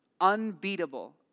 unbeatable